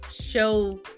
show